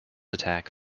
attack